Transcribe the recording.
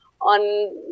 on